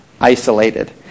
isolated